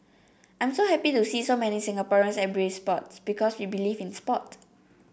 I'm so happy to see so many Singaporeans embrace sports because we believe in sport